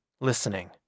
listening